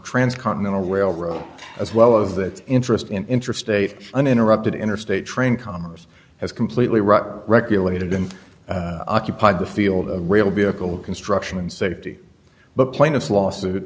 transcontinental railroad as well as that interest in interstate uninterrupted interstate train commerce has completely run regulated and occupied the field of rail bickel construction and safety but plaintiffs lawsuit